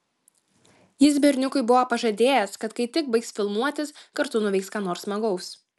jis berniukui buvo pažadėjęs kad kai tik baigs filmuotis kartu nuveiks ką nors smagaus